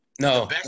No